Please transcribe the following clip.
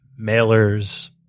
mailers